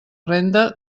renda